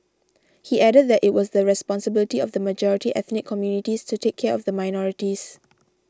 he added that it was the responsibility of the majority ethnic communities to take care of the minorities